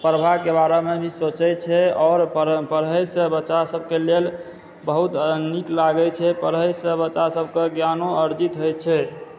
पढ़बाके बारेमे भी सोचै छै आओर पढ़ैसँ बच्चासबके लेल बहुत नीक लागै छै पढ़ैसँ बच्चासबके ज्ञानो अर्जित होइत छै